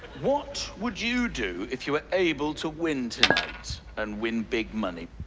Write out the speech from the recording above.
what would you do if you were able to win tonight and win big money?